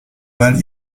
balle